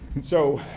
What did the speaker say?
so,